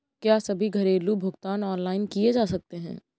क्या सभी घरेलू भुगतान ऑनलाइन किए जा सकते हैं?